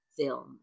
film